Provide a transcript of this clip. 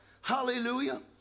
Hallelujah